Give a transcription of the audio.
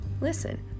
listen